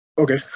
Okay